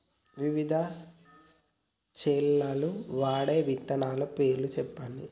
వివిధ చేలల్ల వాడే విత్తనాల పేర్లు చెప్పండి?